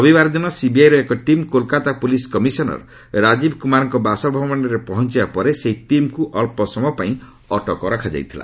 ରବିବାର ଦିନ ସିବିଆଇର ଏକ team Kolkata police commissioner Rajeev କୁମାରଙ୍କ ବାସଭବନରେ ପହଞ୍ଚିବା ପରେ ସେହି ଟିମ୍କୁ ଅକ୍ସ ସମୟପାଇଁ ଅଟକ ରଖାଯାଇଥିଲା